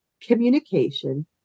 communication